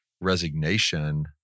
resignation